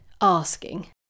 asking